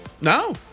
No